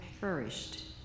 perished